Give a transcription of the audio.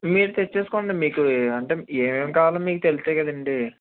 మీరు తెచ్చుకోండి మీకు అంటే ఏమేమి కావాలో మీకు తెలుస్తాయి కదండి